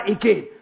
again